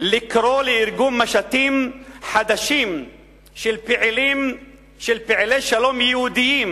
לקרוא לארגון משטים חדשים של פעילי שלום יהודים